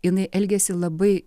jinai elgėsi labai